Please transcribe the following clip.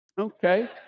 Okay